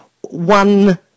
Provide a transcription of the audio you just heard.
one